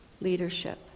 leadership